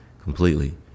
completely